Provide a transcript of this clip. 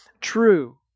true